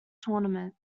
tournament